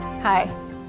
Hi